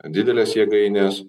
didelės jėgainės